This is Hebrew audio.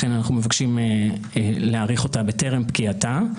לכן אנחנו מבקשים להאריך אותה טרם פקיעתה.